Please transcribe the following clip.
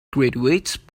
graduates